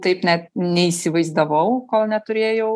taip net neįsivaizdavau kol neturėjau